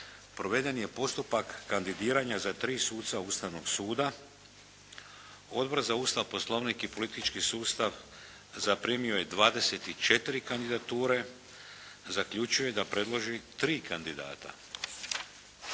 proveden je postupak kandidiranja za tri suca Ustavnog suda. Odbor za Ustav, Poslovnik i politički sustav zaprimio je 24 kandidature, zaključuje da predloži 3 kandidata.